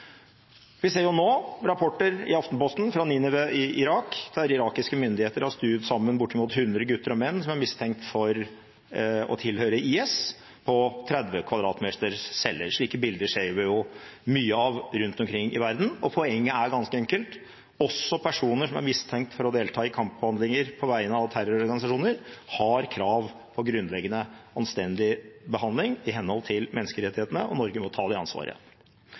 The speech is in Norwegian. Vi ser nå rapporter i Aftenposten fra Ninive i Irak, der irakiske myndigheter har stuet sammen bortimot 100 gutter og menn som er mistenkt for å tilhøre IS, på 30 kvadratmeters celler. Slike bilder ser vi jo mye av rundt omkring i verden. Poenget er ganske enkelt: Også personer som er mistenkt for å delta i kamphandlinger på vegne av terrororganisasjoner, har krav på grunnleggende anstendig behandling i henhold til menneskerettighetene, og Norge må ta det ansvaret.